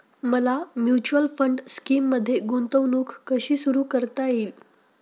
मला mutual fund स्कीममध्ये गुंतवणूक कशी सुरू करता येईल?